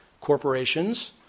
corporations